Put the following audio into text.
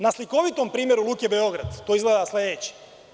Na slikovitom primeru Luke Beograd to izgleda sledeće.